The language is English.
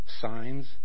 Signs